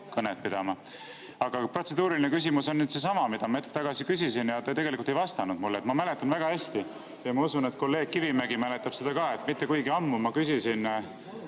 Aga protseduuriline küsimus on seesama, mida ma hetk tagasi küsisin, sest te tegelikult ei vastanud mulle. Ma mäletan väga hästi ja ma usun, et kolleeg Kivimägi mäletab seda ka, et mitte kuigi ammu ma küsisin